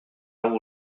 hau